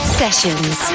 sessions